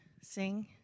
sing